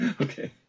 Okay